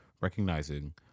recognizing